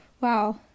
wow